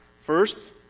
First